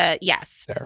yes